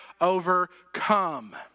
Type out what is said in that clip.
overcome